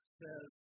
says